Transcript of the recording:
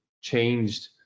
changed